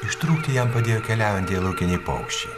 ištrūkti jam padėjo keliaujantieji laukiniai paukščiai